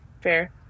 fair